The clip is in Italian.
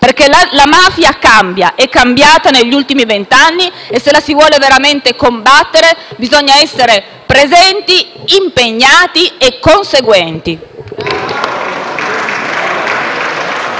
perché la mafia cambia; è cambiata negli ultimi vent'anni e, se la si vuole veramente combattere, bisogna essere presenti, impegnati e conseguenti.